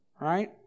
right